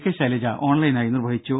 K Shailaja ഓൺലൈനായി നിർവഹിച്ചു